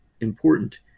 important